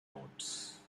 notes